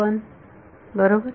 m1 बरोबर